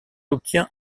obtient